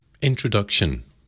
Introduction